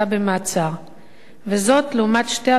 וזאת, לעומת שתי האלטרנטיבות שהיו קיימות